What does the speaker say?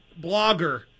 blogger